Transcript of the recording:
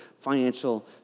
financial